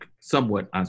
somewhat